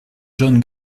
john